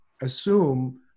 assume